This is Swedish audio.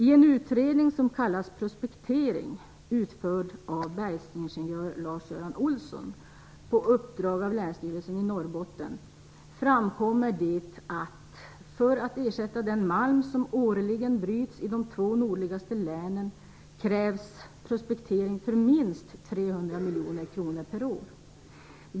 I en utredning som kallas Prospektering, utförd av bergsingenjör Lars-Göran Ohlsson på uppdrag av Länsstyrelsen i Norrbottens län, framkommer det att det för att ersätta den malm som årligen bryts i de två nordligaste länen krävs prospektering för minst 300 miljoner kronor per år.